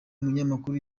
munyamakuru